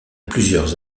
plusieurs